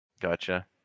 Gotcha